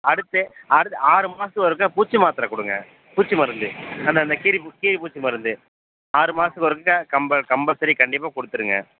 அடுத்து அடுத் ஆறு மாதத்துக்கு ஒருக்க பூச்சி மாத்தரை கொடுங்க பூச்சி மருந்து அந்த இந்த கீரிப்பூ கீரிப்பூச்சி மருந்து ஆறு மாதத்துக்கு ஒருக்க கம்ப கம்பல்சரி கண்டிப்பாக் கொடுத்துருங்க